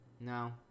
No